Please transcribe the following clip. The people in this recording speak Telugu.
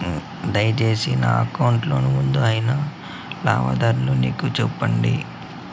దయసేసి నా అకౌంట్ లో ముందు అయిదు లావాదేవీలు నాకు చూపండి